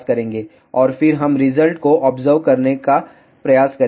और फिर हम रिजल्ट को ऑब्जर्व करने का प्रयास करेंगे